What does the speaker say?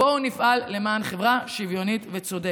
בואו נפעל למען חברה שוויונית וצודקת.